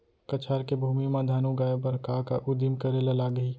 कछार के भूमि मा धान उगाए बर का का उदिम करे ला लागही?